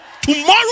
Tomorrow